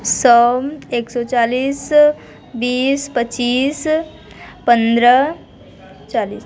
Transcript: सौ एक सौ चालीस बीस पच्चीस पंद्रह चालीस